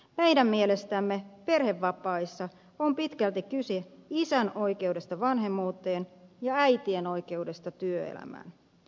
meidän mielestämme perhevapaissa on pitkälti kyse isän oikeudesta vanhemmuuteen ja äitien oikeudesta työelämään